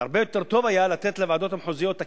הרבה יותר טוב היה לתת לוועדות המחוזיות את